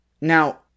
Now